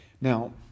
Now